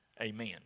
amen